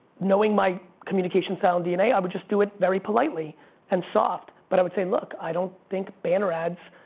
knowing my communication style of and dna, i would just do it very politely and soft but i would say look, i don't think banner ads,